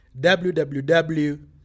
www